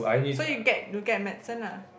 so you get you get medicine lah